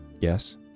Yes